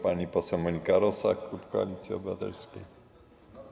Pani poseł Monika Rosa, klub Koalicji Obywatelskiej.